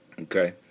Okay